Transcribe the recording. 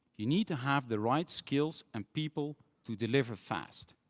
you need to have the right skills and people to deliver fast.